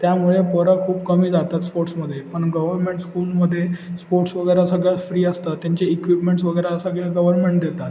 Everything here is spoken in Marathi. त्यामुळे पोरं खूप कमी जातात स्पोर्ट्समध्ये पण गव्हर्मेंट स्कूलमध्ये स्पोर्ट्स वगैरे सगळं फ्री असतं त्यांचे इक्विपमेंट्स वगैरे सगळे गव्हर्मेंट देतात